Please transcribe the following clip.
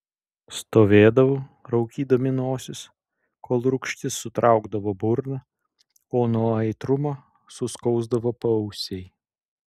stovėdavo raukydami nosis kol rūgštis sutraukdavo burną o nuo aitrumo suskausdavo paausiai